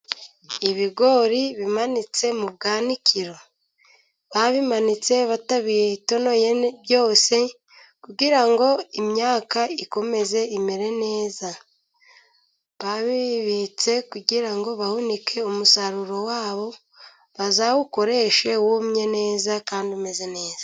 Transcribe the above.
Ibigori bimanitse mu bwanikiro, babimanitse batabiyetonoye byose, kugira ngo imyaka ikomeze imere neza. Babibitse kugira bahunike umusaruro wa bo, bazawukoreshe wumye neza, kandi umeze neza.